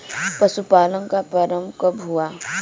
पशुपालन का प्रारंभ कब हुआ?